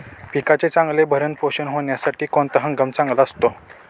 पिकाचे चांगले भरण पोषण होण्यासाठी कोणता हंगाम चांगला असतो?